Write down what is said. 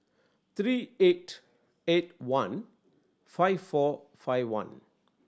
three eight eight one five four five one